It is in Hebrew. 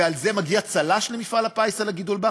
ועל זה מגיע צל"ש למפעל הפיס, על הגידול בהכנסות?